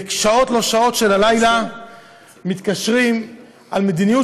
בשעות לא שעות של הלילה מתקשרים בנוגע למדיניות